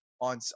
on